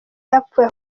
yapfuye